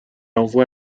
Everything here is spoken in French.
envoie